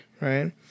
right